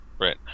Right